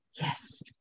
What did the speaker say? Yes